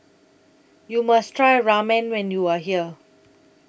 YOU must Try Ramen when YOU Are here